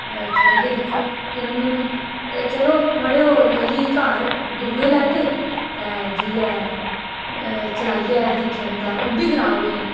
चलाइयै दिक्खो तिन्न म्हीने ते चलो मड़ेओ लेई गेई घर ते दुए लैत्ते ते जेइयै चलाइयै दिक्खे न ते ओह बी खराब होई गे